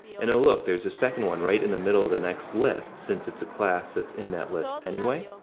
and oh look there's the second one right in the middle of the next list since it's a class that's in that list anyway.